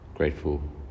Grateful